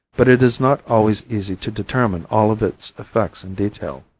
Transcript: but it is not always easy to determine all of its effects in detail.